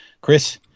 Chris